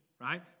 Right